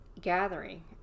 gathering